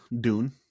Dune